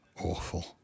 awful